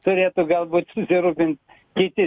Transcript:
turėtų galbūt susirūpint kiti